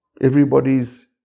Everybody's